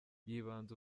y’ibanze